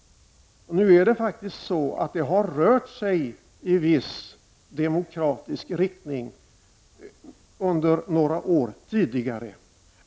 Det har rört sig i viss demokratisk riktning under några år.